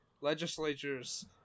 legislatures